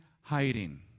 hiding